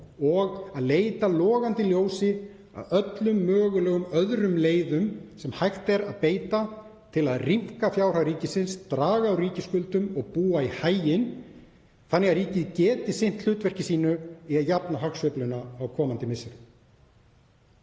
og að leita logandi ljósi að öllum mögulegum öðrum leiðum sem hægt er að beita til að rýmka fjárhag ríkisins, draga úr ríkisskuldum og búa í haginn þannig að ríkið geti sinnt hlutverki sínu í að jafna hagsveifluna á komandi misserum.